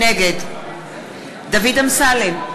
נגד דוד אמסלם,